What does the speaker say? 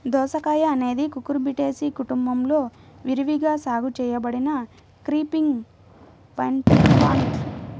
దోసకాయఅనేది కుకుర్బిటేసి కుటుంబంలో విరివిగా సాగు చేయబడిన క్రీపింగ్ వైన్ప్లాంట్